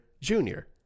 Junior